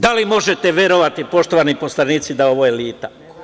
Da li možete verovati, poštovani poslanici, da je ovo elita?